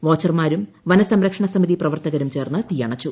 വാച്ചർമാരും വനസംരക്ഷണ സമിതി പ്രവർത്തകരുർ ച്ചേർന്ന് തീയണച്ചു